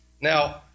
Now